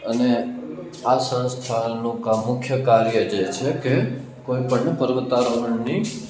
અને આ સંસ્થાનું મુખ્ય કાર્ય જે છે કે કોઈપણને પર્વતારોહણની